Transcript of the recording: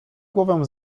głowę